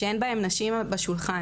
שאין בהן נשים בשולחן.